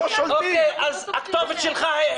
אז הכתובת שלך זה הממשלה.